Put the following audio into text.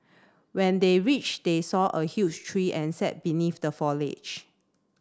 when they reached they saw a huge tree and sat beneath the foliage